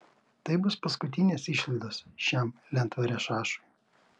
tai bus paskutinės išlaidos šiam lentvario šašui